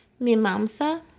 mimamsa